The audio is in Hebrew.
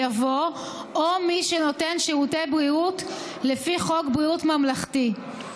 יבוא "או מי שנותן שירותי בריאות לפי חוק ביטוח בריאות ממלכתי".